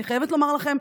אני חייבת לומר לכם,